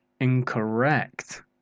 Incorrect